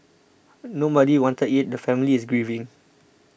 nobody wanted it the family is grieving